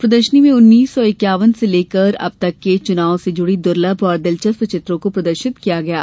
प्रदर्शनी में उन्नीस सौ इक्यावन से लेकर अब तक के चुनाव से जुड़ी दुर्लभ और दिलचस्प चित्रों को प्रदर्शित किया गया है